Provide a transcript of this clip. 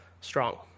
strong